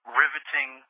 riveting